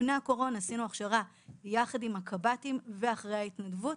לפני הקורונה עשינו הכשרה יחד עם הקב"טים ואחראי ההתנדבות,